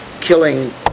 killing